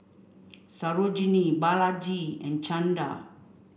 Sarojini Balaji and Chanda